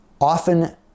often